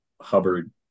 Hubbard